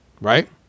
Right